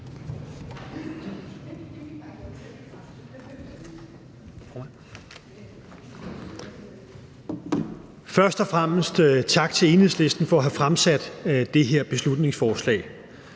stor tak til Enhedslisten for at have fremsat det her beslutningsforslag,